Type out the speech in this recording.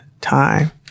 time